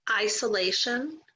Isolation